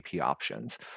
options